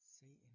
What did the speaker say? Satan